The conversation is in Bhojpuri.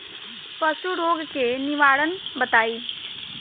पशु रोग के निवारण बताई?